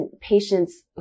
patients